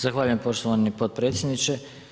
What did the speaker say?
Zahvaljujem poštovani potpredsjedniče.